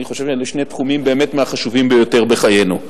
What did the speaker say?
אני חושב שאלה שני תחומים באמת מהחשובים ביותר בחיינו.